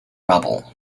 rubble